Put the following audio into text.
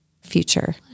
future